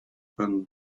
and